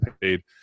paid